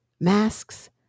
masks